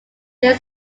there